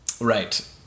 Right